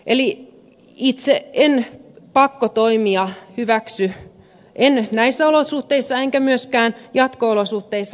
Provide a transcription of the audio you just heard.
eli itse en pakkotoimia hyväksy en näissä olosuhteissa enkä myöskään jatko olosuhteissa